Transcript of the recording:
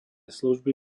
služby